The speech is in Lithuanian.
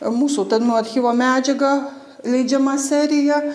mūsų tarmių archyvo medžiaga leidžiama serija